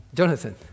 Jonathan